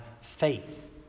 faith